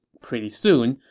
pretty soon,